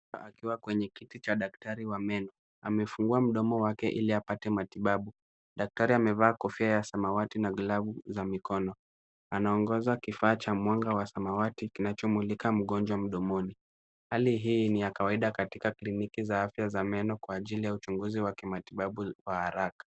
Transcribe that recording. Mgonjwa akiwa kwenye kiti cha daktari wa meno. Amefungua mdomo wake ili apate matibabu. Daktari amevaa kofia ya samawati na glavu za mikono. Anaongoza kifaa cha mwanga wa samawati kinachomulika mgonjwa mdomoni. Hali hii ni ya kawaida katika kliniki za afya za meno kwa ajili ya uchunguzi wa kimatibabu wa haraka.